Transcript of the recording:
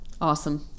Awesome